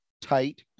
tight